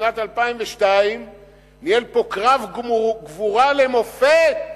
שבשנת 2002 ניהל פה קרב גבורה למופת